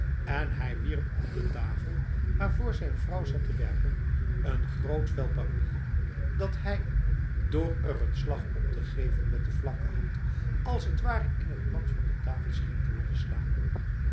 en hij wierp op de tafel waarvoor zijn vrouw zat te werken een groot vel papier dat hij door er een slag op te geven met de vlakke hand als t ware in het blad van de tafel scheen te willen slaan